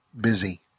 busy